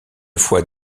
fois